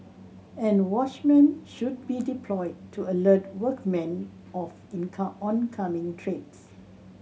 and watchmen should be deployed to alert workmen of income oncoming trains